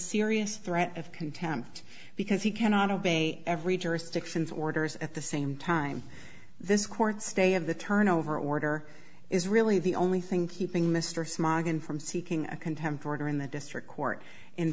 serious threat of contempt because he cannot obey every jurisdiction's orders at the same time this court stay of the turnover order is really the only thing keeping mr smog in from seeking a contempt for her in the district court in